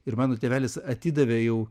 ir mano tėvelis atidavė jau